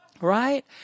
right